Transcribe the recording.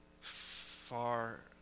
far